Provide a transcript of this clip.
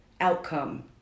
outcome